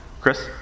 Chris